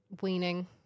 weaning